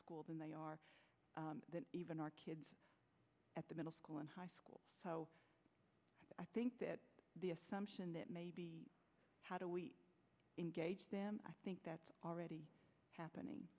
school than they are even our kids at the middle school and high school i think that the assumption that maybe how do we engage them i think that's already happening